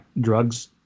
drugs